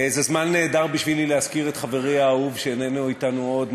זה זמן נהדר בשבילי להזכיר את חברי האהוב שאיננו אתנו עוד,